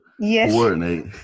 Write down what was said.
coordinate